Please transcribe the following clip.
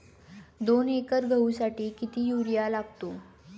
दोन एकर गहूसाठी किती युरिया लागतो?